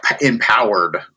empowered